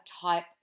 type